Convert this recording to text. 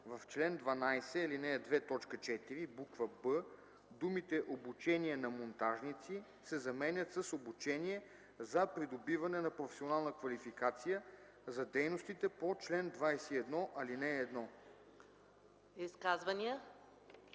В чл. 12, ал. 2, т. 4, буква „б” думите „обучение на монтажници” се заменят с „обучение за придобиване на професионална квалификация за дейностите по чл. 21, ал. 1”.”